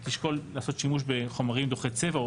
היא תשקול לעשות שימוש בחומרים דוחי צבע או